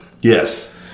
Yes